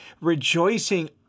rejoicing